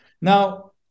Now